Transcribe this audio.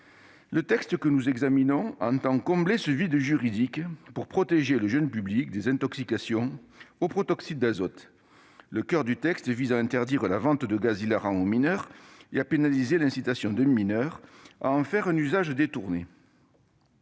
Le texte que nous examinons entend combler ce vide juridique pour protéger le jeune public des intoxications au protoxyde d'azote. Le coeur du texte vise à interdire la vente de gaz hilarant aux mineurs et à pénaliser l'incitation d'un mineur à en faire un usage détourné.